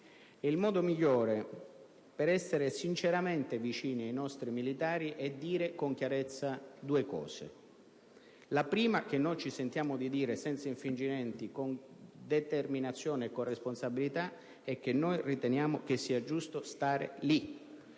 di circostanza, e per essere sinceramente vicini ai nostri militari sia dire con chiarezza due cose. La prima che noi ci sentiamo di dire, senza infingimenti, con determinazione e con responsabilità, è che riteniamo che sia giusto stare lì,